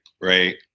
Right